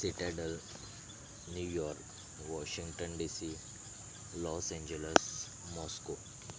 Seattle New York Washington DC Los Angeles Moscow